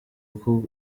uko